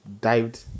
dived